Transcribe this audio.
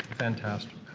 fantastic.